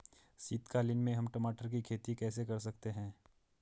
शीतकालीन में हम टमाटर की खेती कैसे कर सकते हैं?